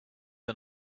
are